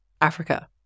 Africa